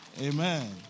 Amen